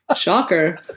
Shocker